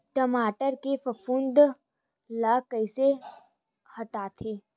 टमाटर के फफूंद ल कइसे हटाथे?